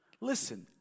listen